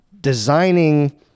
designing